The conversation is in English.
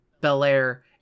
Belair